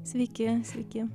sveiki sveiki